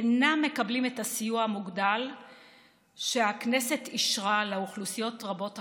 אינם מקבלים את הסיוע המוגדל שהכנסת אישרה לאוכלוסיות רבות אחרות.